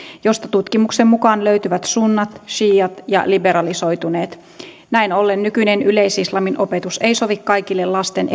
josta tutkimuksen mukaan löytyvät sunnit siiat ja liberalisoituneet näin ollen nykyinen yleis islamin opetus ei sovi kaikille lasten